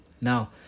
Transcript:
Now